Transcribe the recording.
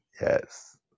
yes